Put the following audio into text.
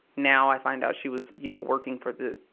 now, i find out she was, you know, working for the,